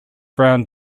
round